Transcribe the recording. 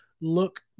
look